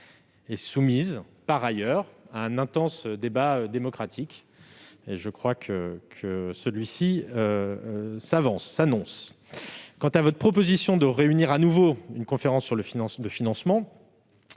être soumise à un intense débat démocratique, et je crois que celui-ci s'annonce. Quant à votre proposition de réunir de nouveau une conférence de financement-